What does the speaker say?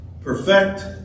perfect